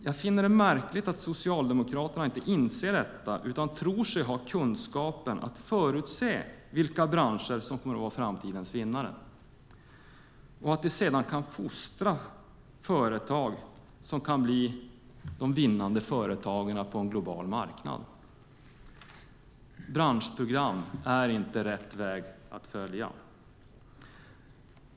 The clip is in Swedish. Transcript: Jag finner det märkligt att Socialdemokraterna inte inser detta utan tror sig kunna förutse vilka branscher som kommer att vara framtidens vinnare och att de sedan kan fostra företag som kan bli vinnande företag på en global marknad. Branschprogram är inte rätt väg att följa.